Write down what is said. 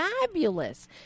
fabulous